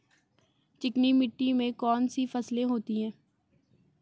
चिकनी मिट्टी में कौन कौन सी फसलें होती हैं?